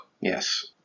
Yes